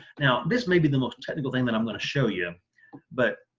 now this may be the most technical thing that i'm going to show you but